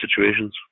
situations